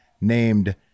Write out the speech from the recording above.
named